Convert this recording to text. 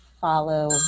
follow